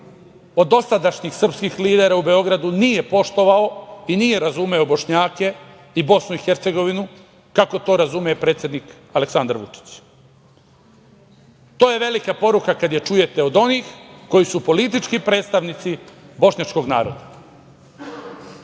od dosadašnjih srpskih lidera u Beogradu nije poštovao i nije razumeo Bošnjake i Bosnu i Hercegovinu kako to razume predsednik Aleksandar Vučić. To je velika poruka kada je čujete od onih koji su politički predstavnici bošnjačkog naroda.